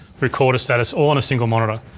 recorder status, all on a single monitor.